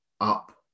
up